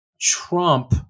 Trump-